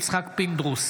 אינו נוכח יצחק פינדרוס,